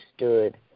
understood